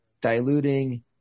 diluting